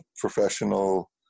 professional